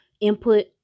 input